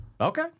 Okay